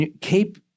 Keep